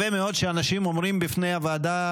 ולכן הדרישה שלנו היא שהמדינה תתעשת ותקבל החלטה